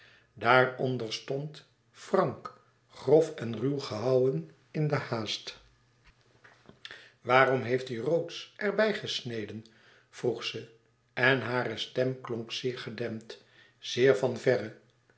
daaronder stond frank grof en ruw gehouwen in de haast waarom heeft u rhodes er bij gesneden vroeg ze en hare stem klonk zeer gedempt zeer van verre